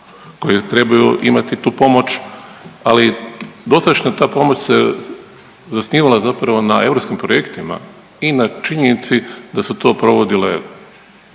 koje trebaju imati tu pomoć, ali dosadašnja ta pomoć se zasnivala zapravo na europskim projektima i na činjenici da su to provodile